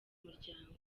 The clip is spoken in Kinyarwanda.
umuryango